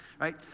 Right